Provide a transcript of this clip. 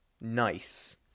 nice